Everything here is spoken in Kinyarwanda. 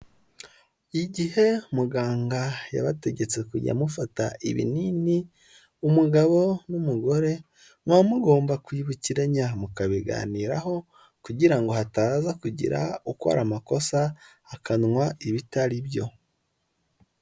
Igihe muganga yabategetse kujya mufata ibinini, umugabo n'umugore, muba mugomba kwibukiranya, mukabiganiraho kugira ngo hataza kugira ukora amakosa akanywa ibitari byo.